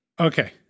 Okay